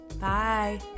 Bye